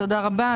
תודה רבה,